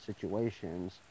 situations